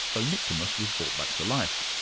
though nyuctimus was brought back to life.